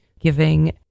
giving